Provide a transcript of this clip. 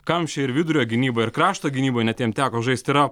kamšė ir vidurio gynybą ir krašto gynyboj net jam teko žaisti yra